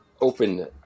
open